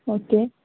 okay